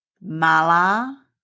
Mala